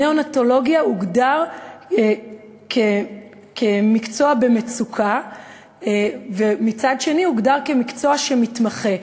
נאונטולוגיה הוגדרה מצד אחד כמקצוע במצוקה ומצד שני כמקצוע של התמחות,